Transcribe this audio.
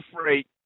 freight